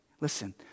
Listen